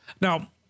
now